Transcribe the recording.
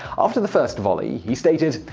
after the first volley, he stated,